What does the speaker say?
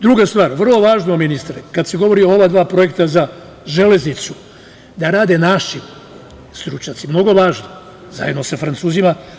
Druga stvar, vrlo važno, ministre, kad se govori o ova dva projekta za železnicu, da rade naši stručnjaci, zajedno sa Francuzima.